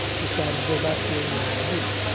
decided, well, that's really all you need.